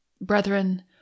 Brethren